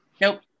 Nope